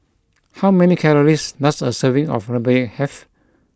how many calories does a serving of Rempeyek have